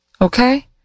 Okay